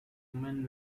women